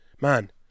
man